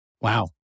Wow